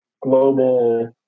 global